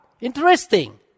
interesting